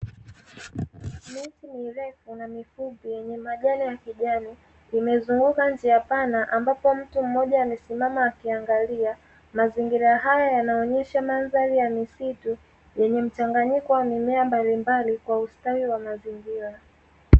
Miti mirefu na mifupi yenye majani ya kijani imezunguka njia pana ambapo mtu mmoja amesimama akiangalia, mazingira haya yanaonyesha mandhari ya misitu yenye mchanganyiko wa mimea mbalimbali kwa ustawi wa mazingira.